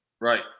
Right